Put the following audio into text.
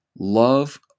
love